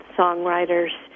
songwriters